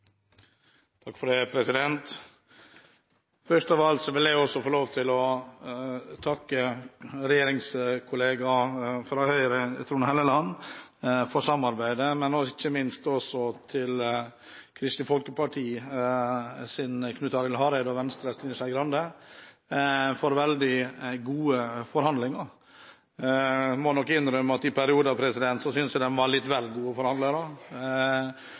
takk til Kristelig Folkepartis Knut Arild Hareide og Venstres Trine Skei Grande for veldig gode forhandlinger. Jeg må nok innrømme at i perioder synes jeg de var litt vel gode forhandlere.